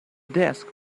desk